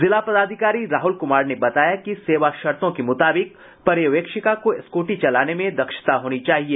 जिला पदाधिकारी राहुल कुमार ने बताया कि सेवा शर्तों के मुताबिक पर्यवेक्षिका को स्कूटी चलाने में दक्षता होनी चाहिए